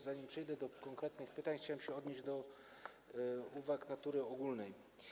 Zanim przejdę do konkretnych pytań, chciałbym odnieść się do uwag natury ogólnej.